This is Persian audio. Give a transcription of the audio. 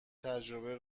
تجربه